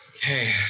Hey